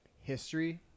history